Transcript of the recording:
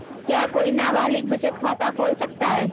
क्या कोई नाबालिग बचत खाता खोल सकता है?